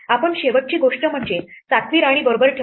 आपण शेवटची गोष्ट म्हणजे 7 वी राणी बरोबर ठेवली